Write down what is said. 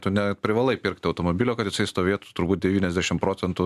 tu neprivalai pirkti automobilio kad jisai stovėtų turbūt devyniasdešimt procentų